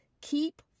keep